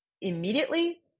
immediately